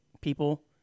people